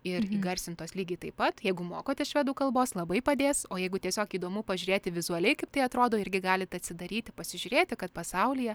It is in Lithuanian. ir įgarsintos lygiai taip pat jeigu mokotės švedų kalbos labai padės o jeigu tiesiog įdomu pažiūrėti vizualiai kaip tai atrodo irgi galit atsidaryti pasižiūrėti kad pasaulyje